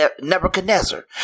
Nebuchadnezzar